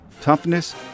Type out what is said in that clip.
toughness